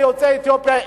ליוצאי אתיופיה,